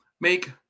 make